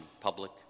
public